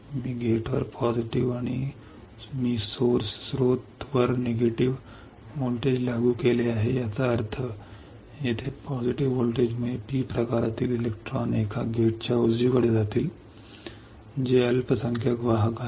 मी गेटवर सकारात्मक अर्ज केला आहे आणि मी स्त्रोताला नकारात्मक लागू केले आहे याचा अर्थ येथे सकारात्मक व्होल्टेजमुळे P प्रकारातील इलेक्ट्रॉन एका गेटच्या उजवीकडे जातील जे अल्पसंख्याक वाहक आहे